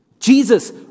Jesus